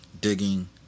digging